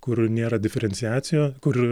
kur nėra diferenciacija kur